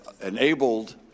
enabled